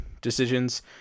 decisions